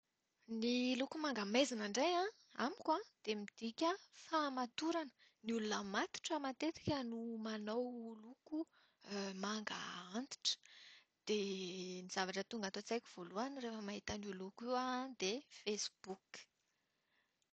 Ny loko manga maizina indray amiko an, dia midika fahamatorana. Ny olona matotra matetika no manao ny loko manga antitra. Dia ny zavatra tonga ato an-tsaiko voalohany rehefa mahita an'io loko io aho dia ny Facebook.